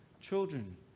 children